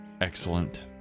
Excellent